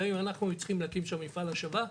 גם אם אנחנו היינו צריכים להקים שם מפעל השבה,